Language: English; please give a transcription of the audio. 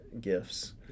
gifts